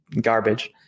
garbage